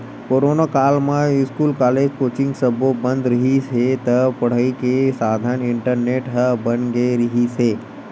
corona काल म school, college, coaching सब्बो बंद रिहिस हे त पड़ई के साधन इंटरनेट ह बन गे रिहिस हे